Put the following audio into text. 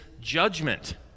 judgment